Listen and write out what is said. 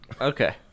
Okay